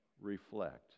reflect